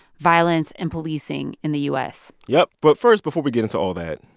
violence and policing in the u s yep. but first, before we get into all that,